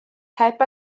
heb